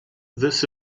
this